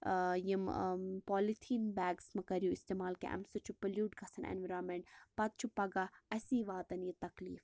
یم polythene bags مہٕ کٔرِو اِستعمال کیٚنٛہہ اَمہِ سۭتۍ چھُ پوٚلیوٹ گَژھان اینٛویرانمٮ۪نٛٹ پَتہٕ چھُ پگاہ اَسی واتان یہِ تکلیٖف